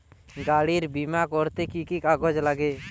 গাড়ীর বিমা করতে কি কি কাগজ লাগে?